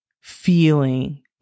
feeling